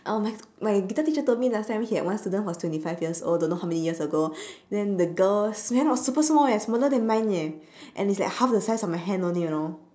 oh my my guitar teacher told me last time he had one student was twenty five years old don't know how many years ago then the girls then I was super small eh smaller than mine eh and it's like half the size of my hand only you know